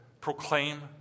proclaim